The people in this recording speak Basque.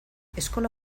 eskola